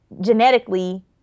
genetically